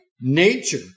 nature